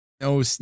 no